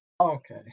Okay